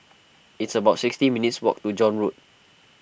it's about sixteen minutes' walk to John Road